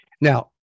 Now